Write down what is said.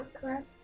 correct